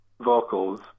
vocals